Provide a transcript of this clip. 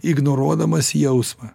ignoruodamas jausmą